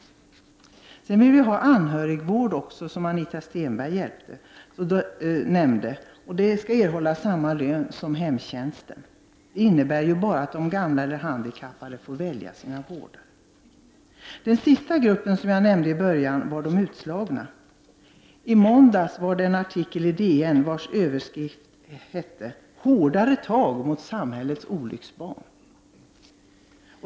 Vidare vill vi ha anhörigvård, som Anita Stenberg nämnde. Det skall berättiga till samma lön som inom hemtjänsten. Det innebär bara att de gamla och handikappade får välja sina vårdare. Den sista grupp som jag nämnde i början var de utslagna. I måndags var det en artikel i Dagens Nyheter vars överskrift lydde: ”Hårdare tag mot samhällets olycksbarn”.